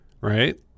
Right